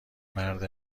مرد